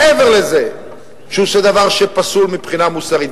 מעבר לזה שהוא עושה דבר שהוא פסול מבחינה מוסרית.